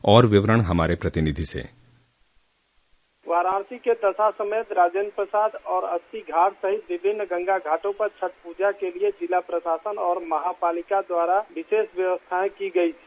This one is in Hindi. और विवरण हमारे प्रतिनिधि से डिस्पैच वाराणसी के दशाश्वमेध राजेन्द्र प्रसाद और अस्सी घाट सहित विभिन्न गंगा घाटों पर छठ पूजा के लिए जिला प्रशासन और नगर पालिका परिषद द्वारा विशेष व्यवस्थाएं की गयी